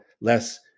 less